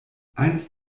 eines